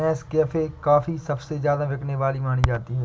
Nescafe coffee सबसे ज्यादा बिकने वाली मानी जाती है